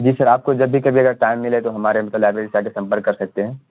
جی sir آپ کو جب بھی کبھی اگر ٹائم ملے تو ہمارے مطلب لائیبریری سے آکے سنمپرک کر سکتے ہیں